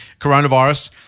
coronavirus